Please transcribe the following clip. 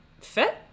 fit